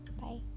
Bye